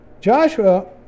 Joshua